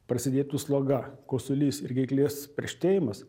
prasidėtų sloga kosulys ir gerklės perštėjimas